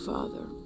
Father